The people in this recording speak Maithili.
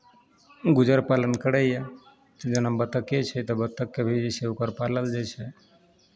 गुजर पालन करैए जेना बत्तखे छै तऽ बत्तखके भी जे छै ओकर पालल जाइ छै